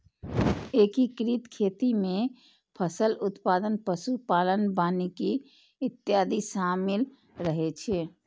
एकीकृत खेती मे फसल उत्पादन, पशु पालन, वानिकी इत्यादि शामिल रहै छै